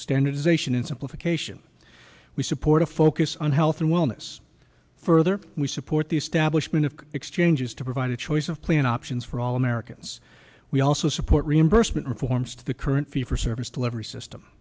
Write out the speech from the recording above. standardization in simplification we support a focus on health and wellness further we support the establishment of exchanges to provide a choice of plan options for all americans we also support reimbursement reforms to the current fee for service delivery system